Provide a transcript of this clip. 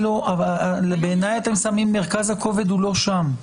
בעיניי מרכז הכובד הוא לא שם.